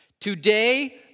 Today